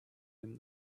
him